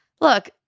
look